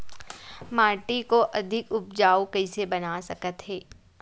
माटी को अधिक उपजाऊ कइसे बना सकत हे?